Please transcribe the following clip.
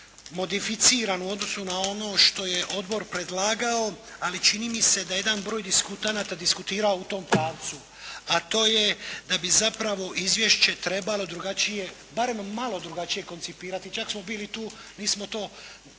u odnosu na ono što je odbor predlagao, ali čini mi se da je jedan broj diskutanata diskutirao u tom pravcu, a to je da bi zapravo izvješće trebalo drugačije, barem malo drugačije koncipirati. Čak smo bili tu, mi smo to